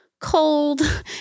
cold